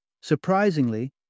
Surprisingly